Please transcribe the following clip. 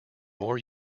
more